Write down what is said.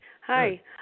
Hi